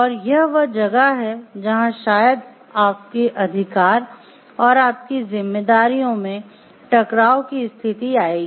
और यह वह जगह है जहां शायद आपके अधिकार और आपकी जिम्मेदारियां मे टकराव की स्थिति आएगी